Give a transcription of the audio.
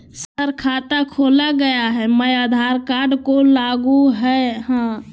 Sir खाता खोला गया मैं आधार कार्ड को लागू है हां?